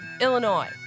Illinois